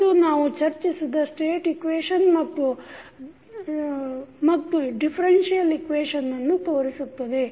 ಇದು ನಾವು ಚರ್ಚಿಸಿದ ಸ್ಟೇಟ್ ಇಕ್ವೇಶನ್ ಮತ್ತು ಡಿಫರೆನ್ಸಿಯಲ್ ಇಕ್ವೇಶನ್ನನ್ನು ತೋರಿಸುತ್ತದೆ